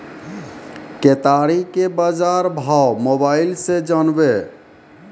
केताड़ी के बाजार भाव मोबाइल से जानवे?